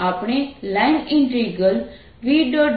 આપણે line integral V